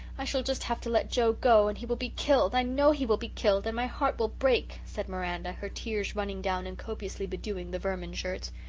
i shall just have to let joe go, and he will be killed i know he will be killed and my heart will break said miranda, her tears running down and copiously bedewing the vermin shirts!